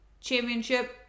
championship